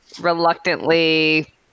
reluctantly